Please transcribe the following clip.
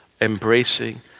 embracing